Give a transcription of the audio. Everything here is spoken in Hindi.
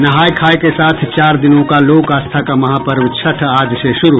नहाय खाय के साथ चार दिनों का लोक आस्था का महापर्व छठ आज से शुरू